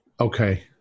Okay